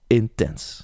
intens